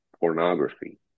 pornography